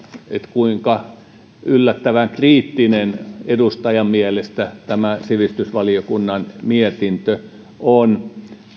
kuinka yllättävän kriittinen edustajan mielestä tämä sivistysvaliokunnan mietintö on